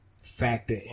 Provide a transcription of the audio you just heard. factor